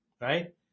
Right